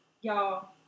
Y'all